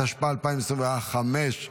התשפ"ה 2025,